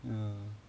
ya